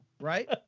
right